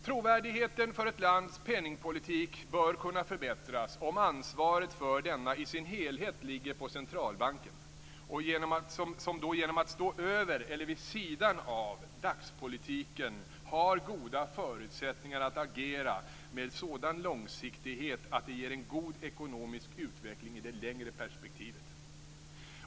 Trovärdigheten för ett lands penningpolitik bör kunna förbättras om ansvaret för denna i sin helhet ligger på centralbanken, som genom att stå över eller vid sidan av dagspolitiken har goda förutsättningar att agera med sådan långsiktighet att det ger en god ekonomisk utveckling i det längre perspektivet.